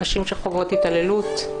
נשים שחוות התעללות.